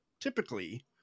typically